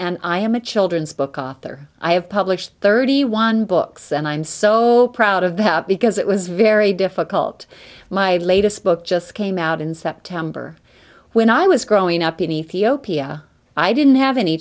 and i am a children's book author i have published thirty one books and i'm so proud of that because it was very difficult my latest book just came out in september when i was growing up in ethiopia i didn't have any